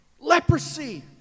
leprosy